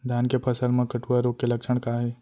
धान के फसल मा कटुआ रोग के लक्षण का हे?